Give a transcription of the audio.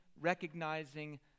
recognizing